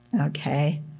Okay